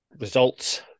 Results